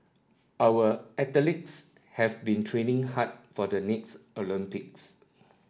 our athletes have been training hard for the next Olympics